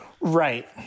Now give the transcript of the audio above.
Right